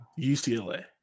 UCLA